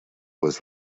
was